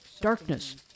darkness